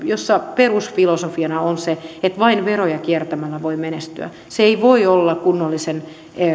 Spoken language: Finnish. jossa perusfilosofiana on se että vain veroja kiertämällä voi menestyä se ei voi olla kunnollisen